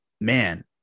man